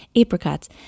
apricots